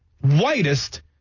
whitest